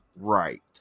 right